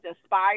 inspire